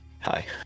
hi